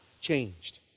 changed